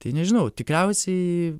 tai nežinau tikriausiai